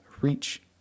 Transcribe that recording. reach